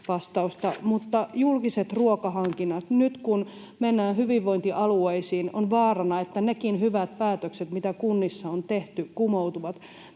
mutta julkiset ruokahankinnat: Nyt kun mennään hyvinvointialueisiin, on vaarana, että nekin hyvät päätökset, mitä kunnissa on tehty, kumoutuvat.